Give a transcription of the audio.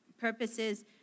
purposes